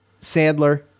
Sandler